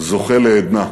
זוכה לעדנה.